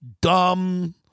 dumb